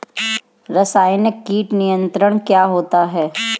रसायनिक कीट नियंत्रण क्या होता है?